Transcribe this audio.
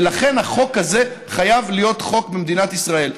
ולכן החוק הזה חייב להיות חוק במדינת ישראל.